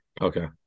okay